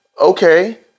Okay